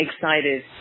excited